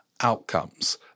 outcomes